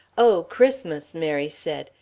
oh christmas! mary said.